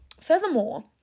furthermore